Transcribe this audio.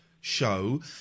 show